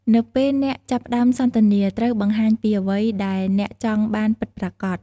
នៅពេលអ្នកចាប់ផ្ដើមសន្ទនា ត្រូវបង្ហាញពីអ្វីដែលអ្នកចង់បានពិតប្រាកដ។